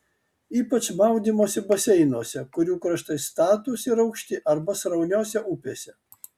ypač maudymosi baseinuose kurių kraštai statūs ir aukšti arba srauniose upėse